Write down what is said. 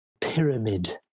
pyramid